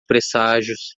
presságios